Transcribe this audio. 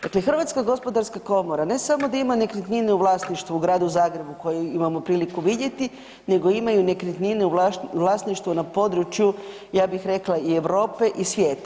Dakle, Hrvatska gospodarska komora ne samo da ima nekretnine u vlasništvu u gradu Zagrebu koji imamo priliku vidjeti, nego imaju nekretnine u vlasništvu na području ja bih rekla i Europe i svijeta.